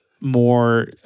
more